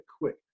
quick